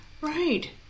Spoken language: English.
Right